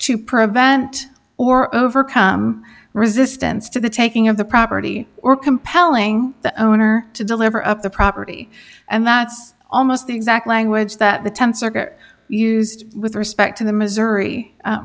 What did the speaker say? to prevent or overcome resistance to the taking of the property or compelling the owner to deliver up the property and that's almost the exact language that the th circuit used with respect to the missouri